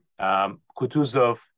Kutuzov